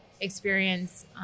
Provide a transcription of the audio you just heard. Experience